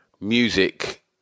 music